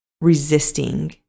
resisting